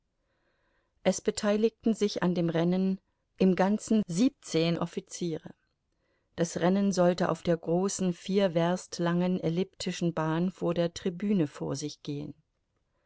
es beteiligten sich an dem rennen im ganzen siebzehn offiziere das rennen sollte auf der großen vier werst langen elliptischen bahn vor der tribüne vor sich gehen